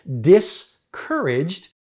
discouraged